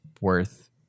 worth